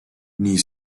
nii